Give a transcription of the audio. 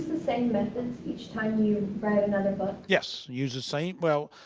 the same methods each time you write another book? yes. use the same well,